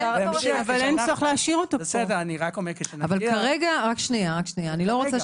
אני לא רוצה